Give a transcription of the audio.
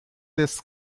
his